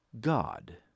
God